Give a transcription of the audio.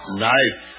knife